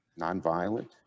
Nonviolent